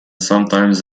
sometimes